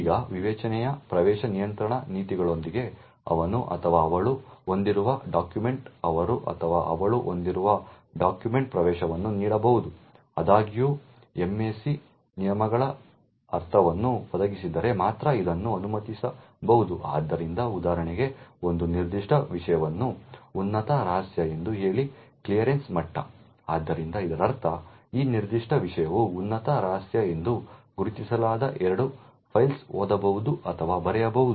ಈಗ ವಿವೇಚನೆಯ ಪ್ರವೇಶ ನಿಯಂತ್ರಣ ನೀತಿಗಳೊಂದಿಗೆ ಅವನು ಅಥವಾ ಅವಳು ಹೊಂದಿರುವ ಡಾಕ್ಯುಮೆಂಟ್ಗೆ ಅವರು ಅಥವಾ ಅವಳು ಹೊಂದಿರುವ ಡಾಕ್ಯುಮೆಂಟ್ಗೆ ಪ್ರವೇಶವನ್ನು ನೀಡಬಹುದು ಆದಾಗ್ಯೂ MAC ನಿಯಮಗಳ ಅರ್ಥವನ್ನು ಒದಗಿಸಿದರೆ ಮಾತ್ರ ಇದನ್ನು ಅನುಮತಿಸಬಹುದು ಆದ್ದರಿಂದ ಉದಾಹರಣೆಗೆ ಒಂದು ನಿರ್ದಿಷ್ಟ ವಿಷಯವನ್ನು ಉನ್ನತ ರಹಸ್ಯ ಎಂದು ಹೇಳಿ ಕ್ಲಿಯರೆನ್ಸ್ ಮಟ್ಟ ಆದ್ದರಿಂದ ಇದರರ್ಥ ಆ ನಿರ್ದಿಷ್ಟ ವಿಷಯವು ಉನ್ನತ ರಹಸ್ಯ ಎಂದು ಗುರುತಿಸಲಾದ ಎರಡು ಫೈಲ್ಗಳನ್ನು ಓದಬಹುದು ಅಥವಾ ಬರೆಯಬಹುದು